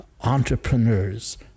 entrepreneurs